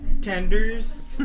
tenders